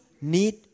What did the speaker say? need